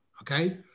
okay